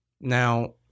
now